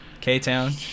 k-town